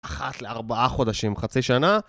אחת לארבעה חודשים, חצי שנה.